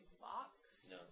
box